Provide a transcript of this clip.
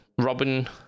Robin